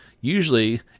Usually